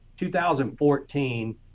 2014